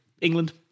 England